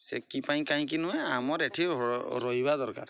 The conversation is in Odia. ସେ କି ପାଇଁ କହିଁକି ନୁହେଁ ଆମର ଏଠି ରହିବା ଦରକାର